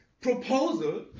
proposal